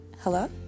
Hello